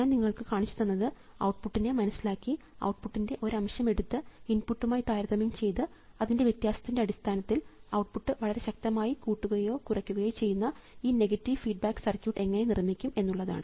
ഞാൻ നിങ്ങൾക്ക് കാണിച്ചു തന്നത് ഔട്ട്പുട്ട്നെ മനസ്സിലാക്കി ഔട്ട്പുട്ടിൻറെ ഒരു അംശം എടുത്ത് ഇൻപുട്ടുമായി താരതമ്യം ചെയ്തു അതിൻറെ വ്യത്യാസത്തിൻറെ അടിസ്ഥാനത്തിൽ ഔട്ട്പുട്ട് വളരെ ശക്തമായി കൂട്ടുകയോ കുറയ്ക്കുകയോ ചെയ്യുന്ന ഈ നെഗറ്റീവ് ഫീഡ്ബാക്ക് സർക്യൂട്ട് എങ്ങനെ നിർമ്മിക്കും എന്നുള്ളതാണ്